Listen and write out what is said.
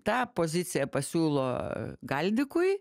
tą poziciją pasiūlo galdikui